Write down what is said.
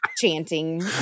chanting